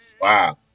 Wow